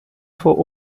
vor